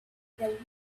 the